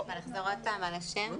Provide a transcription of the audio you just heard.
אחזור עוד פעם על השם.